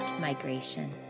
migration